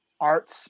Art